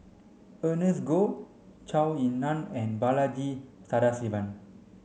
Ernest Goh Zhou Ying Nan and Balaji Sadasivan